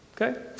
Okay